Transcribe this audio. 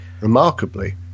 Remarkably